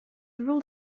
ruled